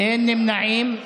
אין נמנעים.